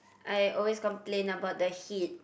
I always complain about the heat